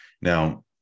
now